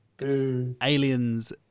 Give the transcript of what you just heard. Aliens